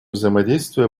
взаимодействие